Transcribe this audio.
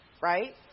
Right